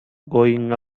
going